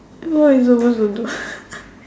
what are we supposed to do